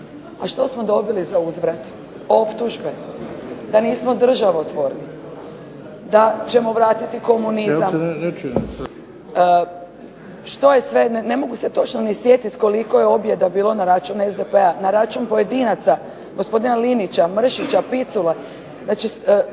A što smo dobili za uzvrat? Optužbe da nismo državotvorni, da ćemo vratiti komunizam. Što je sve, ne mogu se točno ni sjetiti koliko je objeda bilo na račun SDP-a, na račun pojedinaca gospodina Linića, Mršića, Picule, znači